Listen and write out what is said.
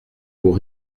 pour